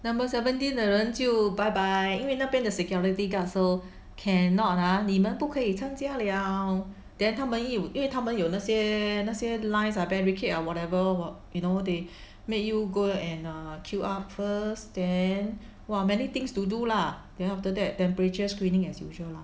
number seventeen 的人就 bye bye 因为那边的 security guard 说 cannot ah 你们不可以参加了 then 他们因因为他们有哪些哪些 lines ah barricade or whatever what~ you know they make you go and err queue up first then !wah! many things to do lah then after that temperature screening as usual lah